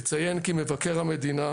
אציין כי מבקר המדינה,